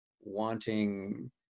wanting